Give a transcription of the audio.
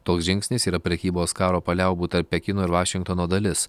toks žingsnis yra prekybos karo paliaubų tarp pekino ir vašingtono dalis